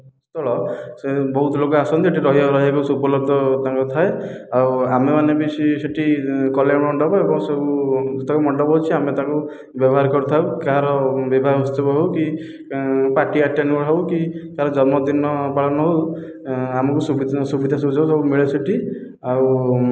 ସ୍ଥଳ ସେ ବହୁତ ଲୋକ ଆସନ୍ତି ଏ'ଠି ରହିବ ଉପଲବ୍ଧ ତାଙ୍କର ଥାଏ ଆଉ ଆମେମାନେ ବି ସେ ସେ'ଠି କଲ୍ୟାଣ ମଣ୍ଡପ ଏବଂ ସବୁ ଯେତକ ମଣ୍ଡପ ଅଛି ଆମେ ତାକୁ ବ୍ୟବହାର କରିଥାଉ କାହାର ବିବାହ ଉତ୍ସବ ହେଉ କି ପାର୍ଟୀ ଆଟେଣ୍ଡ ହେଉ କି କାହାର ଜନ୍ମଦିନ ପାଳନ ହେଉ ଆମକୁ ସୁବିଧା ସୁଯୋଗ ସବୁ ମିଳେ ସେ'ଠି ଆଉ